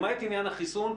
למעט עניין החיסון,